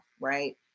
right